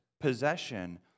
possession